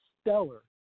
stellar